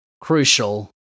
crucial